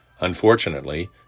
Unfortunately